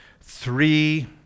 Three